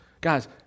Guys